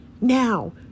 Now